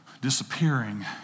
disappearing